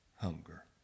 hunger